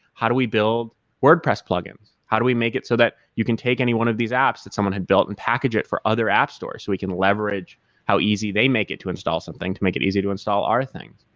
how do we build wordpress plug-ins? how do we make it so that you can take any one of these apps that someone had built and package it for other app stores so we can leverage how easy they make it to install something to make it easy to install our thing.